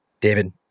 David